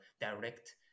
direct